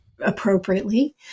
appropriately